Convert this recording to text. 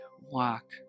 walk